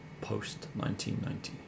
post-1990